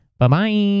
Bye-bye